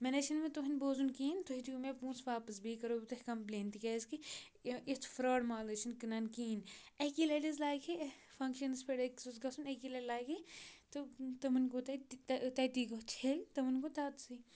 مےٚ نہ حظ چھُنہٕ وۅنۍ تُہُنٛد بوزُن کِہیٖنۍ تُہۍ دِیو مےٚ پونٛسہٕ واپَس بیٚیہِ کَرو بہٕ تۄہہِ کَمپٕلین تِکیٛازِکہِ اِ اِتھ فرٛاڈ مال حظ چھِنہٕ کٕنان کِہیٖنۍ اَکی لَٹہِ حظ لاگہِ ہے فَنٛگشَنَس پٮ۪ٹھ أکِس اوس گژھُن اَکی لَٹہِ لاگہِ ہے تہٕ تٕمَن گوٚو تَتہِ تَتی گوٚو چھٔلۍ تمَن گوٚو تتسٕے